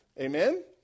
Amen